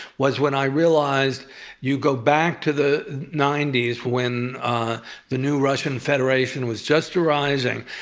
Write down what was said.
was when i realized you go back to the ninety s when the new russian federation was just arising,